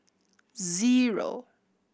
zero